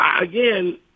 again